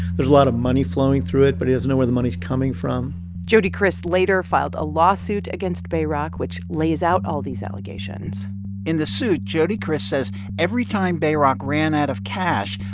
there's a lot of money flowing through it, but he doesn't know where the money's coming from jody kriss later filed a lawsuit against bayrock, which lays out all these allegations in the suit. jody kriss says every time bayrock ran out of cash,